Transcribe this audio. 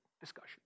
discussion